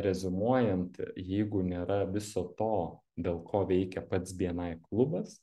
reziumuojant jeigu nėra viso to dėl ko veikia pats bni klubas